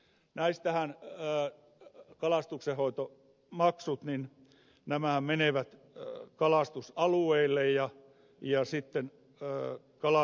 näistä hän ja kalastuksenhoito maksut niin nämä kalastuksenhoitomaksuthan menevät kalastusalueille ja kalavesien omistajakorvauksina